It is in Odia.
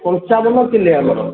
ପଞ୍ଚାବନ କିଲେ ଆମର